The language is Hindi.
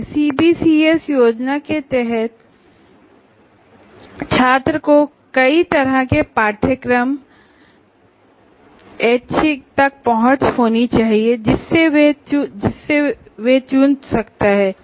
सीबीसीएस योजना के तहत छात्र को कई तरह के कोर्सेज ऐच्छिक तक पहुंच होनी चाहिए जिसमें से वह चुन सकता है